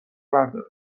برداره